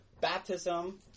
baptism